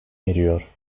eriyor